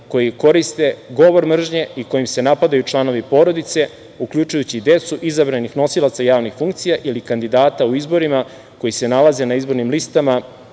koji koriste govor mržnje i kojim se napadaju članovi porodice, uključujući i decu izabranih nosilaca javnih funkcija ili kandidata u izborima koji se nalaze na izbornim listama